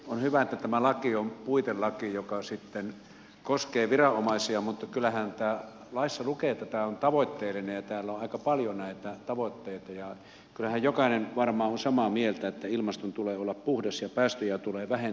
on hyvä että tämä laki on puitelaki joka sitten koskee viranomaisia mutta kyllähän laissa lukee että tämä on tavoitteellinen ja täällä on aika paljon näitä tavoitteita ja kyllähän jokainen varmaan on samaa mieltä että ilmaston tulee olla puhdas ja päästöjä tulee vähentää